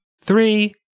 Three